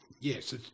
Yes